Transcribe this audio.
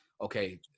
okay